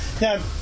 Now